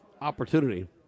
opportunity